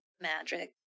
magic